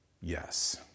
yes